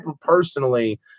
personally